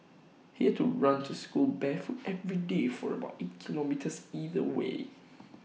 he had to run to school barefoot every day for about eight kilometres either way